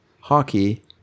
hockey